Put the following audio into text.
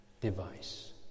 device